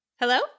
Hello